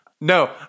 no